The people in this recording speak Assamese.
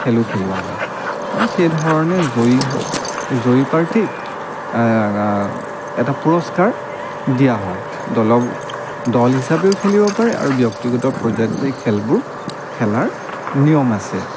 খেলো খেলোৱা হয় আৰু সেই ধৰণে জয়ী হৈ জয়ী প্ৰাৰ্থীক এটা পুৰস্কাৰ দিয়া হয় দল দল হিচাপেও খেলিব পাৰে আৰু ব্যক্তিগত পৰ্যায়তো এই খেলবোৰ খেলাৰ নিয়ম আছে